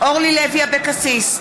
אורלי לוי אבקסיס,